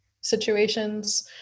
situations